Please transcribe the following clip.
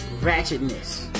ratchetness